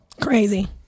Crazy